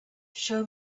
show